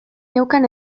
neukan